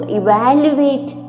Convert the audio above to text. evaluate